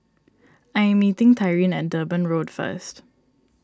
I am meeting Tyrin at Durban Road first